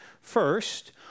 first